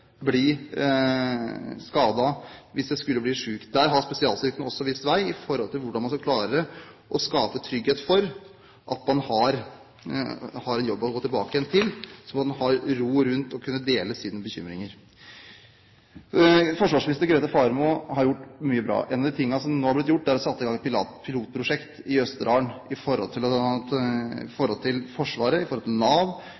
hvis jeg skulle bli syk? Der har også spesialstyrkene vist vei, når det gjelder hvordan man skal klare å skape trygghet for at man har en jobb å gå tilbake igjen til, slik at man har ro rundt det å kunne dele sine bekymringer. Forsvarsminister Grete Faremo har gjort mye bra. En av de tingene som nå er blitt gjort, er at det er satt i gang et pilotprosjekt i Østerdalen i forhold til